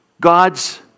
God's